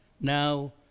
Now